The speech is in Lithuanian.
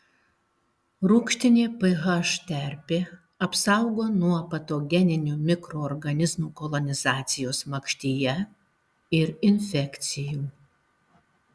rūgštinė ph terpė apsaugo nuo patogeninių mikroorganizmų kolonizacijos makštyje ir infekcijų